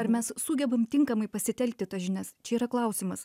ar mes sugebam tinkamai pasitelkti tas žinias čia yra klausimas